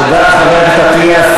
תודה, חבר הכנסת אטיאס.